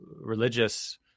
religious